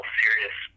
serious